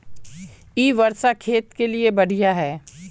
इ वर्षा खेत के लिए बढ़िया है?